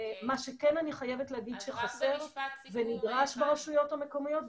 מה שכן אני חייבת להגיד שחסר ונדרש ברשויות המקומיות,